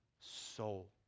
soul